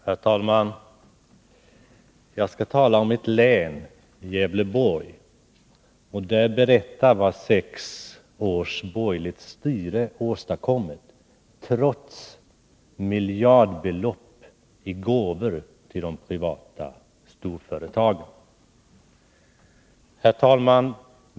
Herr talman! Jag skall tala om mitt län Gävleborg och berätta vad sex års borgerligt styre har åstadkommit trots miljardbelopp i gåvor till de privata storföretagen.